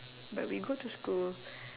but we go to school